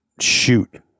shoot